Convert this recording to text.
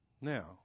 Now